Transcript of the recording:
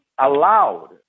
allowed